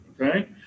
Okay